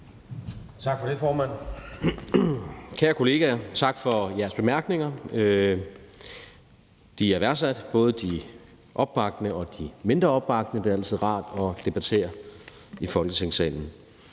(Jakob Engel-Schmidt): Kære kollegaer, tak for jeres bemærkninger. De er værdsat – både de opbakkende og de mindre opbakkende. Det er altid rart at debattere i Folketingssalen.